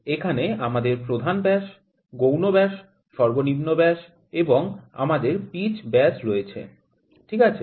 এখানে আমাদের প্রধান ব্যাস গৌণ ব্যাস সর্বনিম্ন ব্যাস এবং আমাদের পিচ ব্যাস রয়েছে ঠিক আছে